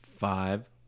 Five